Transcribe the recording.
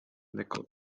nickel